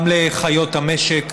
גם לחיות המשק,